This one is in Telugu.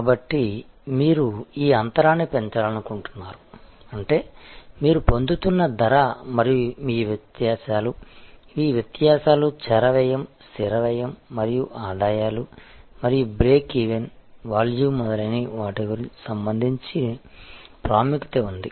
కాబట్టి మీరు ఈ అంతరాన్ని పెంచాలనుకుంటున్నారు అంటే మీరు పొందుతున్న ధర మరియు మీ వ్యత్యాసాలు ఈ వ్యత్యాసాలు చర వ్యయం స్థిర వ్యయం మరియు ఆదాయాలు మరియు బ్రేక్ ఈవెన్ వాల్యూమ్ మొదలైన వాటికి సంబంధించి ప్రాముఖ్యత ఉంది